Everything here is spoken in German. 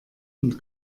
und